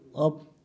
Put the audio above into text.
of